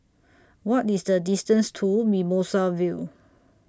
What IS The distance to Mimosa Vale